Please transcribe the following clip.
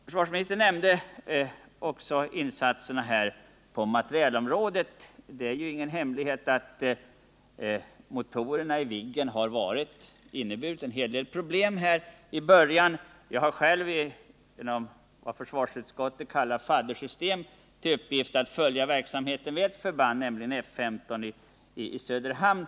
Försvarsministern nämnde också insatserna på materielområdet. Det är ingen hemlighet att motorerna i Viggen har inneburit en hel del problem. Jag har själv inom vad försvarsutskottet kallar ett faddersystem i uppgift att följa verksamheten vid ett förband, nämligen F 15 i Söderhamn.